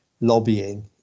lobbying